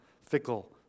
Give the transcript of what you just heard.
fickle